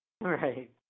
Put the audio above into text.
Right